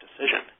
decision